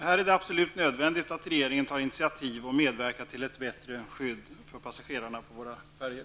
Här är det absolut nödvändigt att regeringen tar initiativ och medverkar till ett bättre skydd för passagerarna på våra färjor.